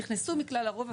נכנסו מכלל הרוב,